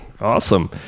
Awesome